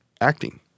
acting